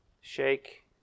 Shake